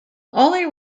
only